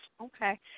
Okay